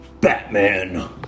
Batman